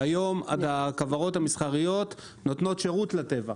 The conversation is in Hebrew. היום הכוורות המסחריות נותנות שירות לטבע.